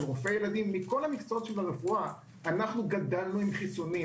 רופאי ילדים - אנחנו גדלנו עם חיסונים.